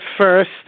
first